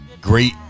great